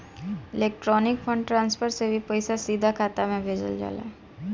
electronic fund transfer से भी पईसा सीधा खाता में भेजल जाला